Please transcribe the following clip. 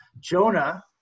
Jonah